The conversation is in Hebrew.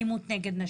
שלום לכולם,